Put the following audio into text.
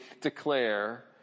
declare